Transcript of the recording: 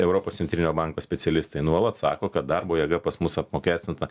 europos centrinio banko specialistai nuolat sako kad darbo jėga pas mus apmokestinta